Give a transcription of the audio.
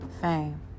Fame